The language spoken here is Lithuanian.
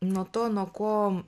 nuo to nuo ko